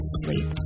sleep